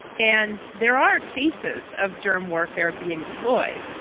and there are cases of germ warfare being deployed.